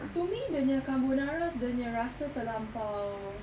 to me dia nya carbonara dia nya rasa terlampau